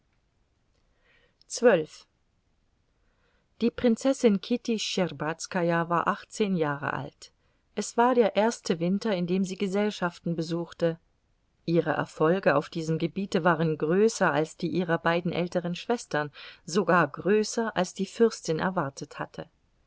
die prinzessin kitty schtscherbazkaja war achtzehn jahre alt es war der erste winter in dem sie gesellschaften besuchte ihre erfolge auf diesem gebiete waren größer als die ihrer beiden älteren schwestern sogar größer als die fürstin erwartet hatte